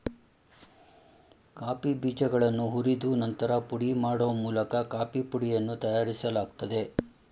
coffee ಬೀಜಗಳನ್ನು ಹುರಿದು ನಂತರ ಪುಡಿ ಮಾಡೋ ಮೂಲಕ ಕಾಫೀ ಪುಡಿಯನ್ನು ತಯಾರಿಸಲಾಗ್ತದೆ